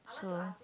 so